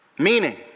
meaning